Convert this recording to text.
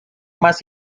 más